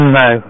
no